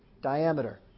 diameter